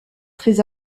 très